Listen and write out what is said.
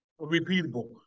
repeatable